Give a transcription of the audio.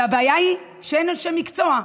והבעיה היא שאין אנשי מקצוע,